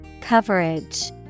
Coverage